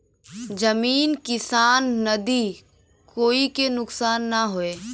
जमीन किसान नदी कोई के नुकसान न होये